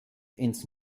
ins